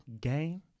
game